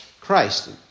Christ